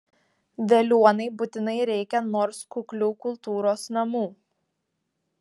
veliuonai būtinai reikia nors kuklių kultūros namų